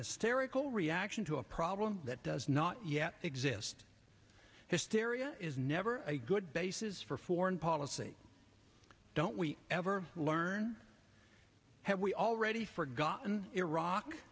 overreaction to a problem that does not yet exist hysteria is never a good basis for foreign policy don't we ever learn have we already forgotten iraq